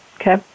Okay